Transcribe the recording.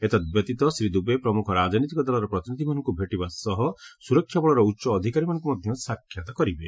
ଏତଦ୍ବ୍ୟତୀତ ଶ୍ରୀ ଦୁବେ ପ୍ରମୁଖ ରାଜନୈତିକ ଦଳର ପ୍ରତିନିଧିମାନଙ୍କୁ ଭେଟିବା ସହ ସୁରକ୍ଷା ବଳର ଉଚ୍ଚ ଅଧିକାରୀମାନଙ୍କୁ ମଧ୍ୟ ସାକ୍ଷାତ କରିବେ